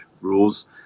rules